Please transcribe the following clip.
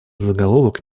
заголовок